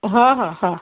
ହଁ ହଁ ହଁ